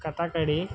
Kathakali